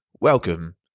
welcome